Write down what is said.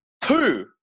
Two